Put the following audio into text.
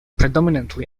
predominantly